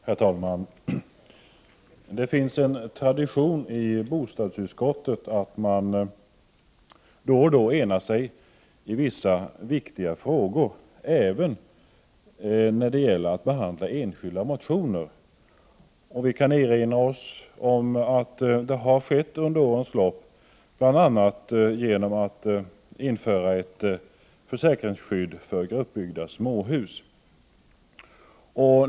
Herr talman! Det finns en tradition i bostadsutskottet att man då och då enar sig i vissa viktiga frågor, även när det gäller att behandla enskilda motioner. Vi kan erinra oss att detta skett under årens lopp bl.a. när man införde ett försäkringsskydd för gruppbyggda småhus.